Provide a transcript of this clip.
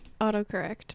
autocorrect